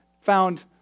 found